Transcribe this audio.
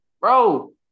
bro